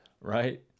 Right